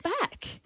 back